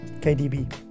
KDB